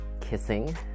kissing